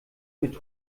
mit